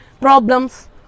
problems